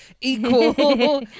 Equal